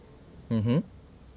mmhmm